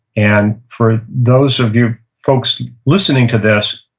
and for those of you folks listening to this,